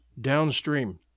downstream